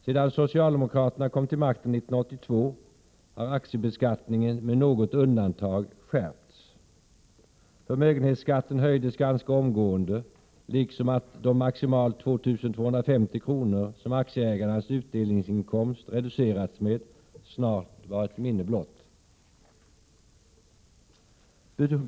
Sedan socialdemokraterna kom till makten 1982 har aktiebeskattningen med något undantag skärpts. Förmögenhetsskatten höjdes ganska omgående. De maximalt 2 250 kr. som aktieägarnas utdelningsinkomst reducerades med var snart ett minne blott.